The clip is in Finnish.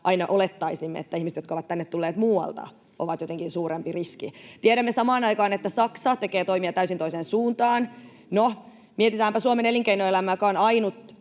aina olettaisimme, että ihmiset, jotka ovat tänne tulleet muualta, ovat jotenkin suurempi riski. Tiedämme samaan aikaan, että Saksa tekee toimia täysin toiseen suuntaan. No, mietitäänpä Suomen elinkeinoelämää, joka on ainut